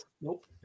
Nope